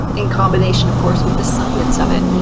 in combination of course with the science of it.